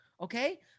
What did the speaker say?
Okay